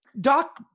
Doc